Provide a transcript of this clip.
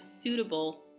suitable